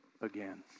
again